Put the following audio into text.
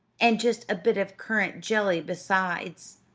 and just a bit of currant jelly besides.